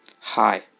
Hi